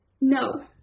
No